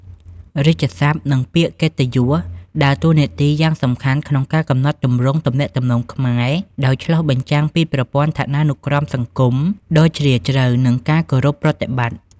រាជសព្ទ និងពាក្យកិត្តិយសដើរតួនាទីយ៉ាងសំខាន់ក្នុងការកំណត់ទម្រង់ទំនាក់ទំនងខ្មែរ ដោយឆ្លុះបញ្ចាំងពីប្រព័ន្ធឋានានុក្រមសង្គមដ៏ជ្រាលជ្រៅ និងការគោរពប្រតិបត្តិ។